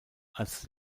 als